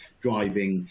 driving